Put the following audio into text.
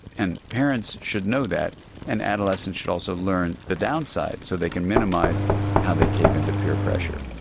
and parents should know that and adolescents should also learn the downside so they can minimise how they cave into peer pressure.